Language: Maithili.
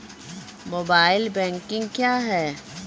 मोबाइल बैंकिंग क्या हैं?